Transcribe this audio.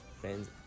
friends